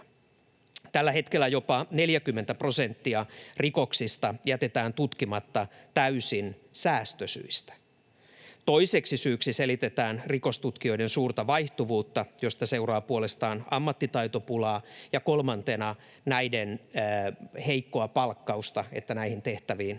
Tällä hetkellä jopa 40 prosenttia rikoksista jätetään tutkimatta täysin säästösyistä. Toiseksi syyksi selitetään rikostutkijoiden suurta vaihtuvuutta, josta seuraa puolestaan ammattitaitopulaa, ja kolmantena näiden heikkoa palkkausta, jolloin näihin tehtäviin